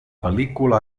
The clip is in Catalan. pel·lícula